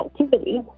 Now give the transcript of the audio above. activity